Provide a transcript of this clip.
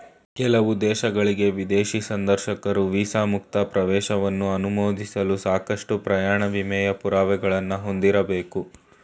ಕೆಲವು ದೇಶಗಳ್ಗೆ ವಿದೇಶಿ ಸಂದರ್ಶಕರು ವೀಸಾ ಮುಕ್ತ ಪ್ರವೇಶವನ್ನ ಅನುಮೋದಿಸಲು ಸಾಕಷ್ಟು ಪ್ರಯಾಣ ವಿಮೆಯ ಪುರಾವೆಗಳನ್ನ ಹೊಂದಿರಬೇಕು